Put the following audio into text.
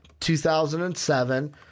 2007